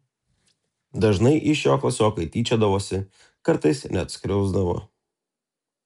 dažnai iš jo klasiokai tyčiodavosi kartais net skriausdavo